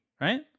right